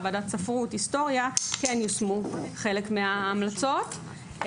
ספרות והיסטוריה כן יושמו חלק מההמלצות.